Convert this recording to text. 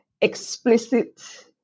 explicit